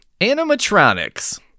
Animatronics